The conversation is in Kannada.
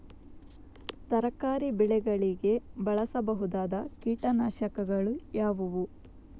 ತರಕಾರಿ ಬೆಳೆಗಳಿಗೆ ಬಳಸಬಹುದಾದ ಕೀಟನಾಶಕಗಳು ಯಾವುವು?